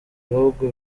bihugu